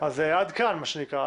אז עד כאן, מה שנקרא.